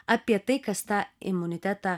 apie tai kas tą imunitetą